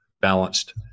balanced